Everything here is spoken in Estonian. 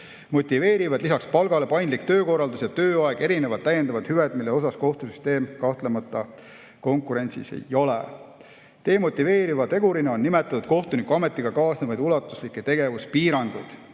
motiveerivad lisaks palgale paindlik töökorraldus ja tööaeg, erinevad täiendavad hüved, millega kohtusüsteem kahtlemata konkurentsis ei ole. Demotiveeriva tegurina on nimetatud kohtunikuametiga kaasnevaid ulatuslikke tegevuspiiranguid.